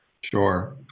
Sure